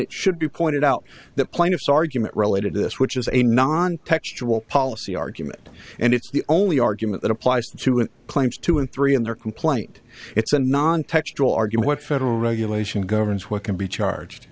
it should be pointed out that plaintiffs argument related to this which is a non textual policy argument and it's the only argument that applies to it claims two and three in their complaint it's a non textual argument federal regulation governs what can be charged